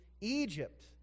Egypt